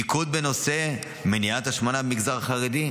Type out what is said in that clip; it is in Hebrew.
מיקוד בנושא מניעת השמנה במגזר החרדי,